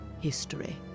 history